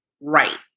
right